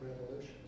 revolution